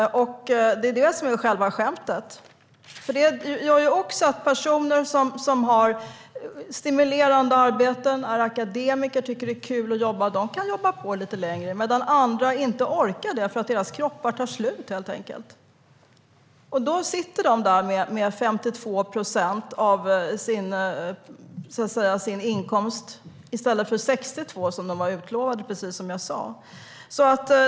Det är det som är själva skämtet. Också detta gör att personer som har stimulerande arbeten och som är akademiker och tycker att det är kul att jobba kan jobba på lite längre, medan andra inte orkar det därför att deras kroppar helt enkelt tar slut. Då sitter de där med 52 procent av sin inkomst i stället för 62 procent som de var utlovade, precis som jag sa.